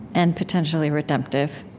and potentially redemptive